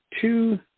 two